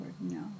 no